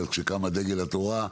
כשקמה דגל התורה,